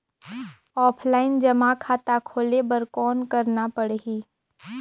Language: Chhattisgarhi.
ऑफलाइन जमा खाता खोले बर कौन करना पड़ही?